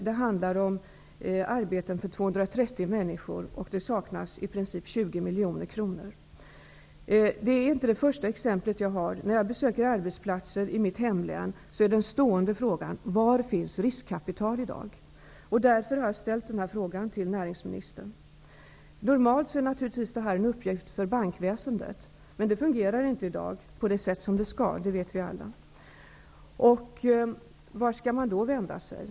Det handlar om arbeten för 230 människor. Det saknas i princip 20 miljoner kronor. Detta är inte det enda exempel som jag har. När jag besöker arbetsplatser i mitt hemlän är den stående frågan: Var finns riskkapital i dag? Därför har jag ställt den här frågan till näringsministern. I normala fall är naturligtvis detta en uppgift för bankväsendet, men det fungerar i dag inte på det sätt som det skall fungera på. Det vet vi alla. Vart skall man då vända sig?